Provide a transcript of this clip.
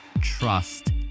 trust